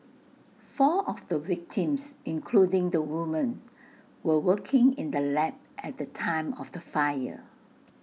four of the victims including the woman were working in the lab at the time of the fire